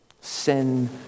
Sin